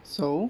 so